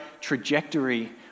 trajectory